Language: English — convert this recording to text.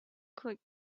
click